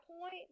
point